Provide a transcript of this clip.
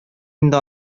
инде